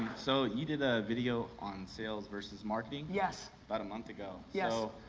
so you did a video on sales versus marketing. yes. about a month ago. yes.